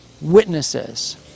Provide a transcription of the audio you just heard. witnesses